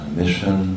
mission